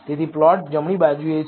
તેથી પ્લોટ જમણી બાજુએ છે